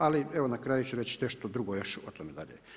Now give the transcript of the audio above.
Ali evo na kraju ću reći nešto drugo još o tome dalje.